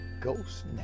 ghost